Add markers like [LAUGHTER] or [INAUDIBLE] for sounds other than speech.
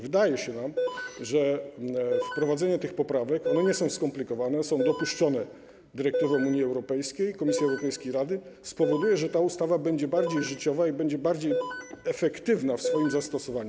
Wydaje się nam, [NOISE] że wprowadzenie tych poprawek - one nie są skomplikowane, są dopuszczone dyrektywą Unii Europejskiej, Komisji Europejskiej i Rady - spowoduje, że ta ustawa będzie bardziej życiowa i będzie bardziej efektywna w swoim zastosowaniu.